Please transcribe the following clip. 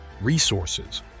resources